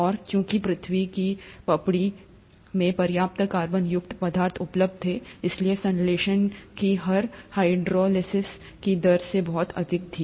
और चूँकि पृथ्वी की पपड़ी में पर्याप्त कार्बन युक्त पदार्थ उपलब्ध थे इसलिए संश्लेषण की दर हाइड्रोलिसिस की दर से बहुत अधिक थी